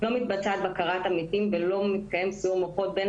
לא מתבצעת בקרת עמיתים ולא מתקיים סיעור מוחות בין